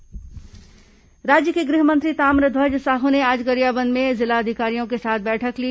गुह मंत्री बैठक राज्य के गृह मंत्री ताम्रध्वज साहू ने आज गरियाबंद में जिला अधिकारियों के साथ बैठक ली